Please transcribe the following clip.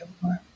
more